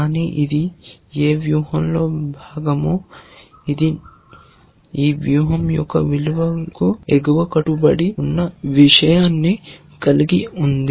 కానీ ఇది ఏ వ్యూహంలో భాగమో అది ఈ వ్యూహం యొక్క విలువకు ఎగువ కట్టుబడి ఉన్న ఆస్తిని కలిగి ఉంది